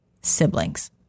siblings